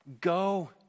Go